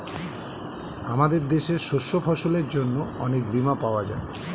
আমাদের দেশে শস্য ফসলের জন্য অনেক বীমা পাওয়া যায়